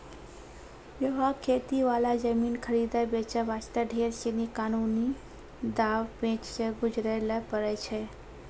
यहाँ खेती वाला जमीन खरीदै बेचे वास्ते ढेर सीनी कानूनी दांव पेंच सॅ गुजरै ल पड़ै छै